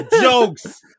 Jokes